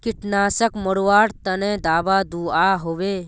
कीटनाशक मरवार तने दाबा दुआहोबे?